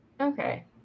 okay